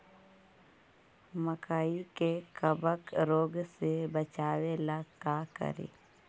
मकई के कबक रोग से बचाबे ला का करि?